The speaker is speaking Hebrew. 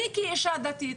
אני כאישה דתית,